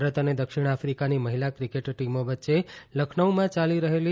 ભારત અને દક્ષિણ આફિકાની મહિલા ક્રિકેટ ટીમો વચ્ચે લખનૌમાં યાલી રહેલી